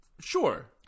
Sure